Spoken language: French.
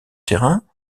terrain